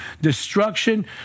destruction